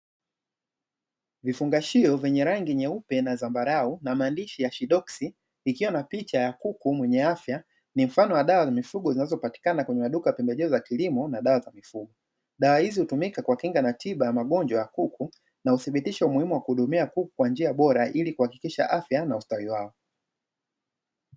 Vifungashio vyenye rangi nyeupe na zambarau na maandishi ya ''ASHIDOX-N'' ikiwa na picha ya kuku mwenye afya ni mfano wa dawa za mifugo zinazopatikana kwenye maduka ya pembejeo za kilimo na madawa ya mifugo. Dawa hizo hutumika kuwakinga na tiba ya magonjwa ya kuku na uthibitisho muhimu wa kuhudumia kuku kwa njia bora ili kuhakikisha afya na ustawi wao.